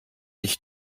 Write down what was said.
ich